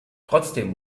trotzdem